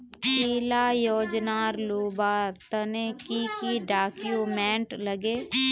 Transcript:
इला योजनार लुबार तने की की डॉक्यूमेंट लगे?